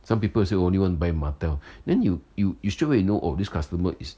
some people say oh only want to by Martell then you you you straight away you know this customer is